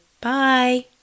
bye